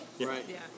Right